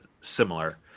similar